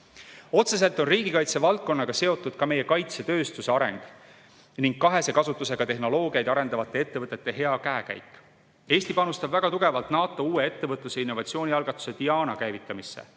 Otseselt on riigikaitse valdkonnaga seotud meie kaitsetööstuse areng ning kahese kasutusega tehnoloogiat arendavate ettevõtete hea käekäik. Eesti panustab väga tugevalt NATO uue ettevõtluse ja innovatsiooni algatuse DIANA käivitamisse.